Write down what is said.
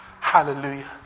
hallelujah